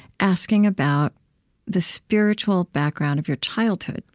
asking about the spiritual background of your childhood.